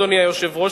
אדוני היושב-ראש,